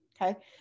Okay